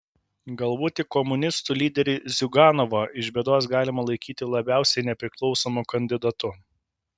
galbūt tik komunistų lyderį ziuganovą iš bėdos galima laikyti labiausiai nepriklausomu kandidatu